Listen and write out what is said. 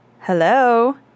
Hello